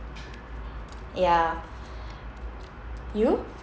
ya you